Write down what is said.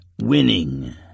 winning